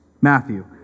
Matthew